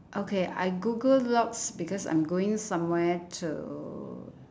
okay I google lots because I'm going somewhere to